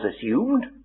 assumed